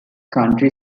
county